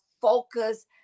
focus